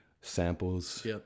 samples